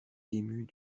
émues